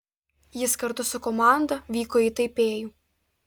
jis kartu su komanda vyko į taipėjų